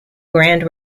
grand